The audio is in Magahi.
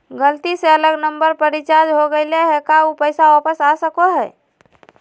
गलती से अलग नंबर पर रिचार्ज हो गेलै है का ऊ पैसा वापस आ सको है?